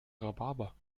rhabarber